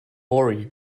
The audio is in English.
worry